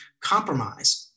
compromise